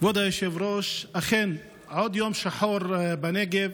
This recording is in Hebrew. כבוד היושב-ראש, אכן עוד יום שחור בנגב.